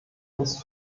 uns